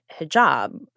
hijab